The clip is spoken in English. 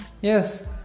Yes